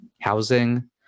housing